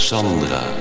Sandra